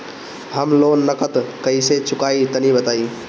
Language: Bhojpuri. हम लोन नगद कइसे चूकाई तनि बताईं?